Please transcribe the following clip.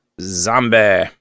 Zombie